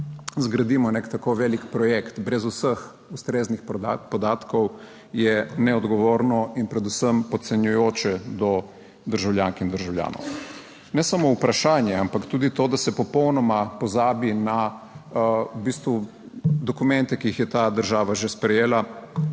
zgradimo nek tako velik projekt brez vseh ustreznih podatkov, je neodgovorno in predvsem podcenjujoče do državljank in državljanov. Ne samo vprašanje ampak tudi to, da se popolnoma pozabi na v bistvu dokumente, ki jih je ta država že sprejela